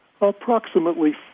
approximately